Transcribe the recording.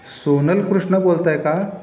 सोनल कृष्ण बोलताय का